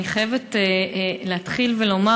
אני חייבת להתחיל ולומר,